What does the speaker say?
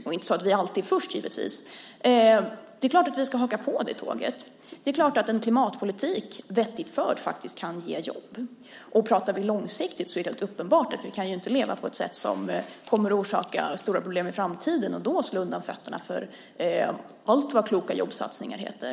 Givetvis är vi inte alltid först. Det är klart att vi ska haka på det tåget. Det är klart att en vettigt förd klimatpolitik kan ge jobb. Pratar vi långsiktigt är det uppenbart att vi inte kan leva på ett sätt som kommer att orsaka stora problem i framtiden och då slå undan fötterna för allt vad kloka jobbsatsningar heter.